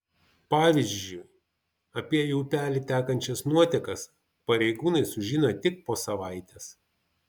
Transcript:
pavyzdžiui apie į upelį tekančias nuotekas pareigūnai sužino tik po savaitės